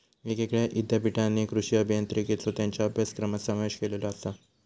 येगयेगळ्या ईद्यापीठांनी कृषी अभियांत्रिकेचो त्येंच्या अभ्यासक्रमात समावेश केलेलो आसा